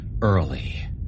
early